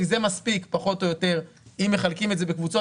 זה מספיק פחות או יותר - אם מחלקים את זה לקבוצות